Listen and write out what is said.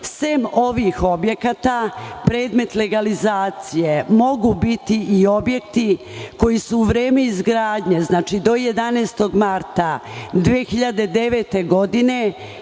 Sem ovih objekata predmet legalizacije mogu biti i objekti koji su u vreme izgradnje, znači, do 11. marta 2009. godine